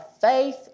faith